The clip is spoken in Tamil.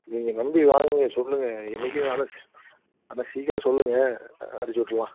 நீங்கள் நம்பி வாங்குங்க சொல்லுங்கள் என்றைக்கி அண்ணா சீக்கிரம் சொல்லுங்கள் அடிச்சு விட்டுர்லாம்